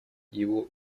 его